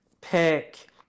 pick